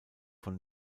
von